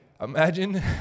imagine